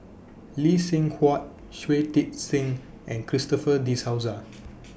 Lee Seng Huat Shui Tit Sing and Christopher De Souza